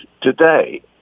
today